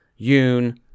Yoon